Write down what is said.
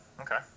okay